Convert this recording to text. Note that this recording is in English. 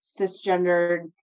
cisgendered